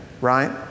right